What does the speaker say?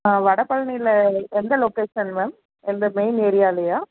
வடபழனில எந்த location ma'am எந்த main ஏரியாலயா